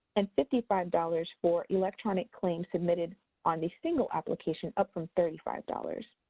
and fifty five dollars for electronic claims submitted on the single application, up from thirty five dollars.